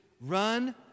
Run